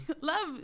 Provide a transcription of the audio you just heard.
love